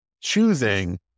choosing